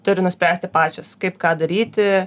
turi nuspręsti pačios kaip ką daryti